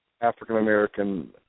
African-American